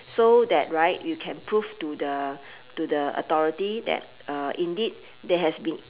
so that right you can prove to the to the authority that uh indeed there has been